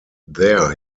there